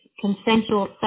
consensual